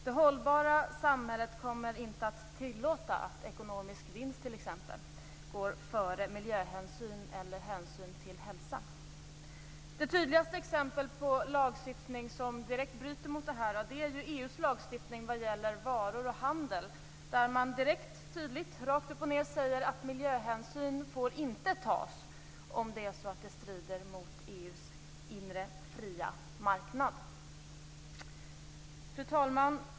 Det hållbara samhället kommer inte att tillåta att ekonomisk vinst t.ex. går före miljöhänsyn eller hänsyn till hälsa. Det tydligaste exemplet på lagstiftning som direkt bryter mot det här är EU:s lagstiftning vad gäller varor och handel. Där säger man direkt och tydligt, rakt upp och ned, att miljöhänsyn inte får tas om det strider mot EU:s inre fria marknad. Fru talman!